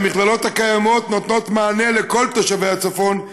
המכללות הקיימות נותנות מענה לכל תושבי הצפון,